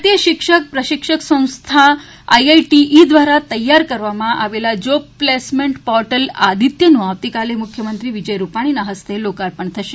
ભારતીય શિક્ષક પ્રશિક્ષક સંસ્થાન આઈઆઈટીઈ દ્વારા તૈયાર કરવામાં આવેલા જોબ પ્લેસમેન્ટ આદિત્ય આવતીકાલે મુખ્યમંત્રી શ્રી વિજય રૂપાણીના હસ્તે લોકાર્પ થશે